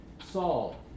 Saul